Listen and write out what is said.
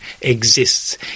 exists